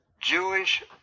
Jewish